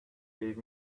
gave